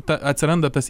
ta atsiranda tas